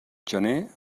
gener